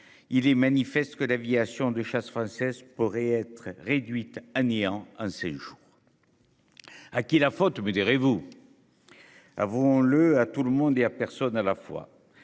Il est manifeste que l'aviation de chasse française pourrait être réduite à néant un séjour. À qui la faute, me direz-vous. Avant le à tout le monde et à personne à la fois